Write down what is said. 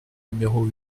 numéro